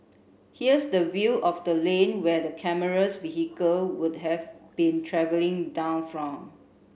here's the view of the lane where the camera's vehicle would have been travelling down from